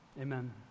amen